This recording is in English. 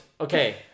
Okay